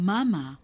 Mama